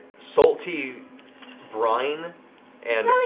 salty brine and